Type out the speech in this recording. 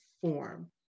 form